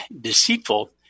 deceitful